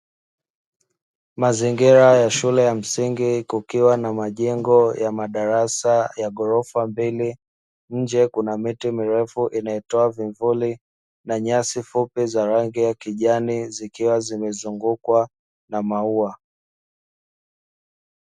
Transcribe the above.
Mazingira ya shule ya msingi kukiwa na majengo ya madarasa ya ghorofa mbili, nje kuna miti mirefu inayotoa vivuli na nyasi fupi za rangi ya kijani zikiwa zimezungukwa na maua.